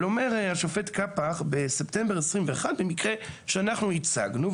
הוא אומר, בספטמבר 2021, במקרה שאנחנו הצגנו: